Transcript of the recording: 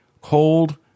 Cold